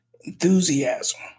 Enthusiasm